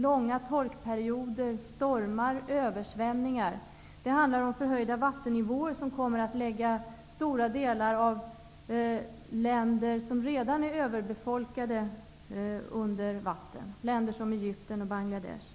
Långa torkperioder, stormar, översvämningar. Det handlar om förhöjda vattennivåer, som kommer att lägga stora delar av länder som redan är överbefolkade under vatten. Länder som Egypten och Bangladesh.